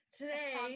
today